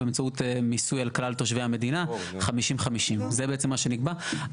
באמצעות מיסוי על כלל תושבי המדינה 50/50. זה בעצם מה שנקבע.